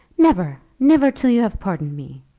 never never till you have pardoned me.